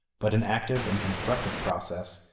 but an active and constructive process,